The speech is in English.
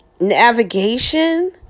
navigation